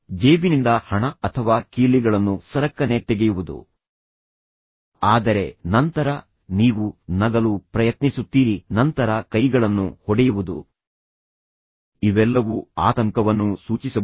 ಜೇಬಿನಿಂದ ಹಣ ಅಥವಾ ಕೀಲಿಗಳನ್ನು ಸರಕ್ಕನೆ ತೆಗೆಯುವುದು ಆದರೆ ನಂತರ ನೀವು ನಗಲು ಪ್ರಯತ್ನಿಸುತ್ತೀರಿ ನಂತರ ಕೈಗಳನ್ನು ಹೊಡೆಯುವುದು ಇವೆಲ್ಲವೂ ಆತಂಕವನ್ನು ಸೂಚಿಸಬಹುದು